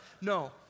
No